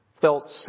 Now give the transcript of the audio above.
felt